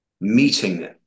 Meeting